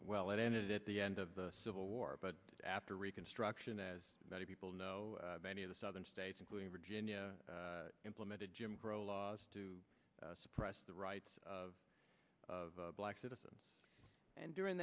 well it ended at the end of the civil war but after reconstruction as many people know many of the southern states including virginia implemented jim crow laws to suppress the rights of of black citizens and during